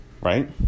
right